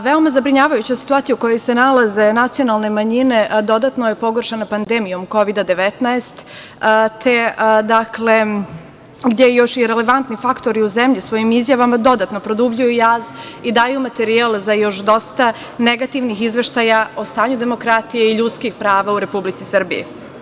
Veoma zabrinjavajuća situacija u kojoj se nalaze nacionalne manjine, a dodatno je pogoršana pandemijom Kovida – 19, gde je još i relevantni faktori u zemlji svojim izjavama dodatno produbljuju jaz i daju materijal za još dosta negativnih izveštaja o stanju demokratije i ljudskih prava u Republici Srbiji.